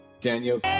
Daniel